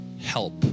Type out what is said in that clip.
help